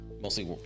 mostly